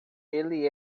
ele